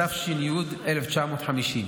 התש"י 1950,